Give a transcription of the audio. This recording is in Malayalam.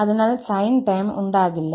അതിനാൽ സൈൻ ടേം ഉണ്ടാകില്ല